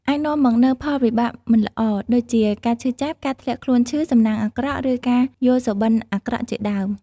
អាចនាំមកនូវផលវិបាកមិនល្អ ដូចជា ការឈឺចាប់ ការធ្លាក់ខ្លួនឈឺ សំណាងអាក្រក់ ឬ ការយល់សុបិន្តអាក្រក់ជាដើម ។